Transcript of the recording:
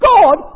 God